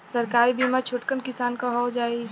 सरकारी बीमा छोटकन किसान क हो जाई?